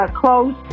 close